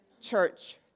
Church